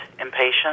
impatient